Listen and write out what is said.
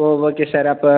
ஓ okay sir அப்போ